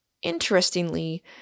Interestingly